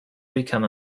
become